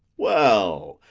well,